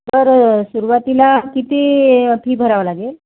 तर सुरवातीला किती फी भरावा लागेल